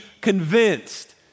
convinced